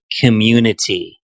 community